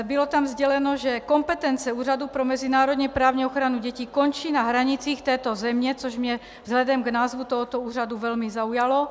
Bylo tam sděleno, že kompetence Úřadu pro mezinárodněprávní ochranu dětí končí na hranicích této země, což mě vzhledem k názvu tohoto úřadu velmi zaujalo.